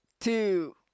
two